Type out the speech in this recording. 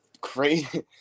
Crazy